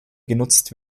genutzt